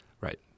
right